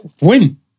win